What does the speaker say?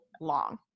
long